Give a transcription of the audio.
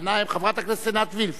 חברת הכנסת עינת וילף.